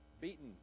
Beaten